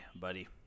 buddy